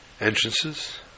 entrances